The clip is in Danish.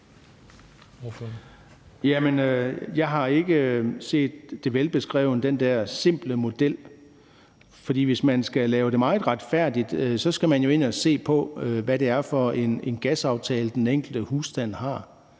jeg har ikke set den der simple model velbeskrevet, for hvis man skal lave det meget retfærdigt, skal man jo ind at se på, hvad det er for en gasaftale, den enkelte husstand har